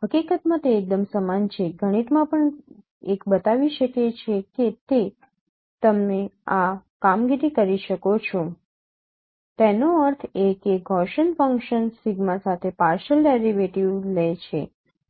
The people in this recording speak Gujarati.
હકીકત માં તે એકદમ સમાન છે ગણિતમાં પણ એક બતાવી શકે છે કે તે તમે આ કામગીરી કરી શકો છો તેનો અર્થ એ કે ગૌસિયન ફંક્શન્સ સિગ્મા સાથે પાર્શિયલ ડેરિવેટીવ લે છે